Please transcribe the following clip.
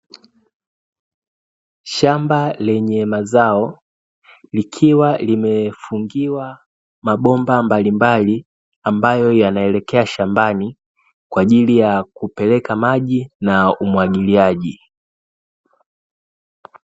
Shamba lenye mazao likiwa limefungiwa mabomba mbalimbali, ambayo yanaelekea shambani kwa ajili ya kupeleka maji na umwagiliaji.